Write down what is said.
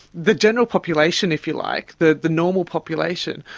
the general population if you like, the the normal population,